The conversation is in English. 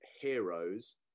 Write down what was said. heroes